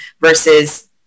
versus